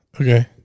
Okay